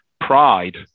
pride